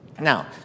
Now